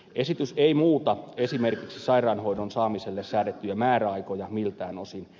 esitys ei muuta esimerkiksi sairaanhoidon saamiselle säädettyjä määräaikoja miltään osin